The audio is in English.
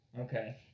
Okay